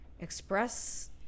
express